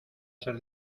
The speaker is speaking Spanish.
ser